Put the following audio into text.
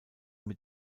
mit